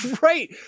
Right